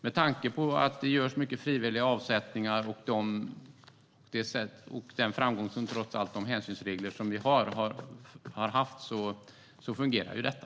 Med tanke på de många frivilliga avsättningar som görs och den framgång som de hänsynsregler vi har trots allt har haft så fungerar ju detta.